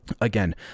again